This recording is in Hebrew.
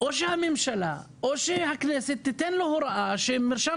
או שהממשלה או שהכנסת תתן לו הוראה שמרשם